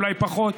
אולי פחות,